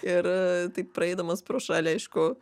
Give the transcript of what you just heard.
ir taip praeidamas pro šalį aišku